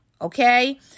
okay